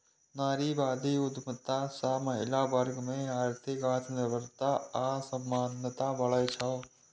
नारीवादी उद्यमिता सं महिला वर्ग मे आर्थिक आत्मनिर्भरता आ समानता बढ़ै छै